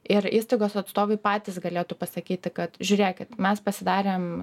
ir įstaigos atstovai patys galėtų pasakyti kad žiūrėkit mes pasidarėm